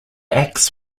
acts